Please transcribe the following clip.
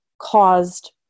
caused